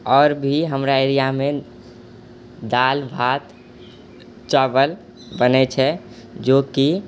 आओर भी हमरा एरिआमे दाल भात चावल बनए छै जो कि